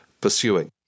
pursuing